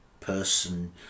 person